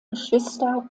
geschwister